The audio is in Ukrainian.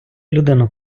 людину